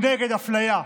הוא נגד אפליה.